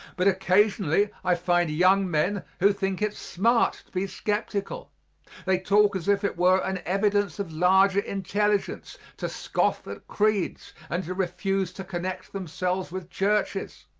but occasionally i find young men who think it smart to be skeptical they talk as if it were an evidence of larger intelligence to scoff at creeds and to refuse to connect themselves with churches.